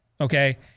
okay